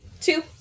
two